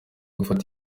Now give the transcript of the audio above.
gufata